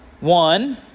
One